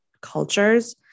cultures